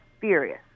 furious